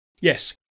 Yes